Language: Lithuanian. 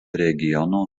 regiono